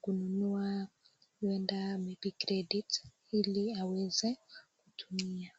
kununua huenda maybe credit ili aweze kutumia.